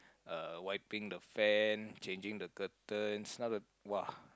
uh wiping the fan changing the curtains some of [wah]